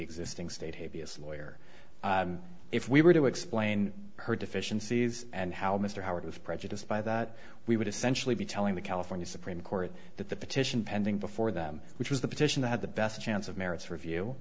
existing state habeas lawyer if we were to explain her deficiencies and how mr howard was prejudiced by that we would essentially be telling the california supreme court that the petition pending before them which was the petition to have the best chance of merits review